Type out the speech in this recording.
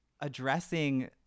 addressing